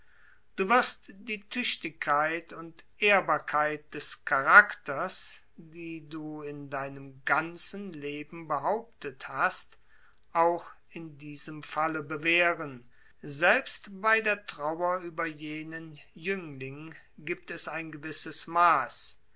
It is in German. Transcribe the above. du wirst die tüchtigkeit und ehrbarkeit des charakters die du in deinem ganzen leben behauptet hast auch in diesem falle bewähren selbst bei der trauer über jenen jüngling gibt es ein gewisses maß